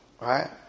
right